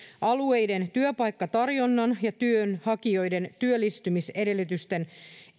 alueiden työpaikkatarjonnan ja työnhakijoiden työllistymisedellytysten